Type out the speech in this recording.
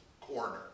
corner